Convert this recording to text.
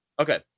okay